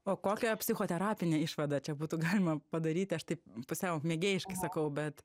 o kokią psichoterapinę išvadą čia būtų galima padaryti aš taip pusiau mėgėjiškai sakau bet